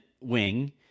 wing